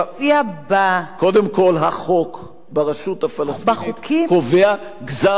קודם כול החוק ברשות הפלסטינית קובע גזר-דין מוות,